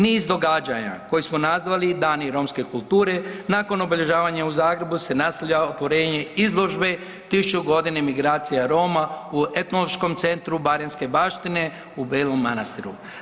Niz događanja koje smo nazvali Dani romske kulture nakon obilježavanja u Zagrebu se nastavlja otvorenje izložbe 1000 godina imigracija Roma u Etnološkom centru baranjske baštine u Belom Manastiru.